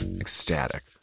ecstatic